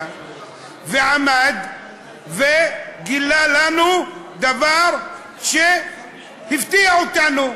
ועמד וגילה לנו דבר שהפתיע אותנו,